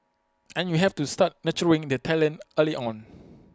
and you have to start nurturing the talent early on